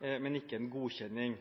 men ikke en godkjenning.